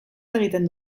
egiten